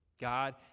God